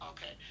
Okay